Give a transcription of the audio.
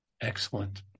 Excellent